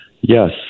Yes